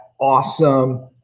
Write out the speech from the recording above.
awesome